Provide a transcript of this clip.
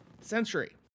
century